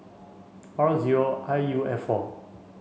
R zero I U F four